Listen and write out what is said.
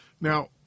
Now